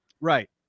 Right